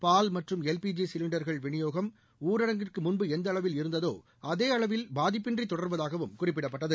பால் மற்றும் எவ்பி சிலிண்டர்கள் விநிசூயாகம் ஊரடனு்கிற்கு முன்ழு எந்த அளவில் இருந்தசூதா அசூத அளவில் பாதிப்ழு இன்றி தோடர்வதாககூம் குறிப்பிடப்பட்டது